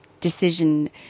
Decision